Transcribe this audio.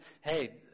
hey